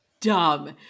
dumb